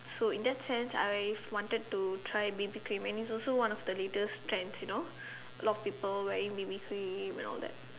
so in that sense I've wanted to try B_B cream and it's also one of the latest trends you know a lot of people wearing B_B cream and all that